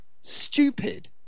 stupid